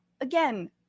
again